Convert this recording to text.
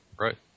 right